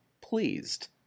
pleased